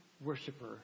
worshiper